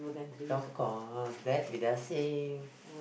of course that we just say